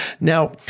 Now